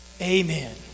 amen